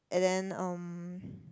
and then um